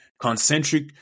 concentric